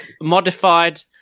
modified